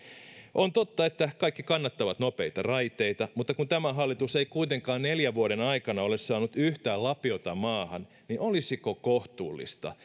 on totta että kaikki kannattavat nopeita raiteita mutta kun tämä hallitus ei kuitenkaan neljän vuoden aikana ole saanut yhtään lapiota maahan niin olisiko kohtuullista